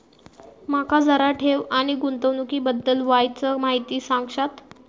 माका जरा ठेव आणि गुंतवणूकी बद्दल वायचं माहिती सांगशात?